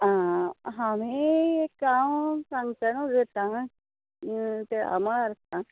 आं हांवें एक हांव हांगच्यान उलयतां ते